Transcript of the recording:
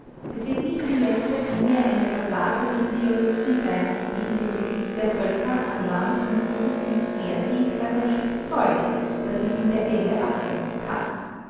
es wird nicht in letzter linie eine verblasene ideologie sein die in dem besitz der völker an land und gut nicht mehr sieht als ein stück zeug das man mit der elle abmessen kann